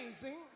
amazing